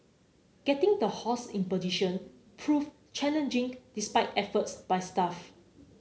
getting the horse in position proved challenging despite efforts by staff